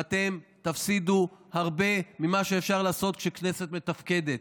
ואתם תפסידו הרבה ממה שאפשר לעשות כשהכנסת מתפקדת.